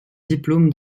diplôme